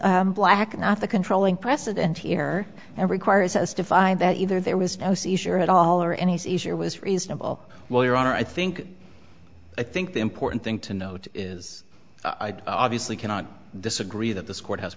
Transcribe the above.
is black not the controlling precedent here and requires us to find that either there was no seizure at all or any seizure was reasonable well your honor i think i think the important thing to note is i'd obviously cannot disagree that this court has